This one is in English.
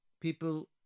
People